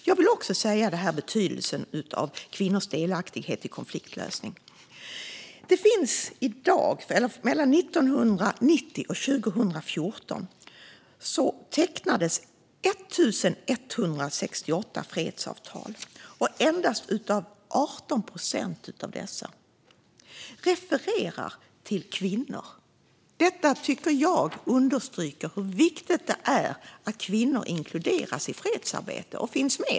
Jag vill också ta upp betydelsen av kvinnors delaktighet i konfliktlösning. Mellan 1990 och 2014 tecknades 1 168 fredsavtal. Endast 18 procent av dessa refererar till kvinnor. Detta tycker jag understryker hur viktigt det är att kvinnor inkluderas i fredsarbete och finns med.